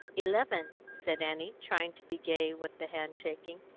eleven, said annie, trying to be gay with the hand-shaking,